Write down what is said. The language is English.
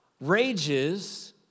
rages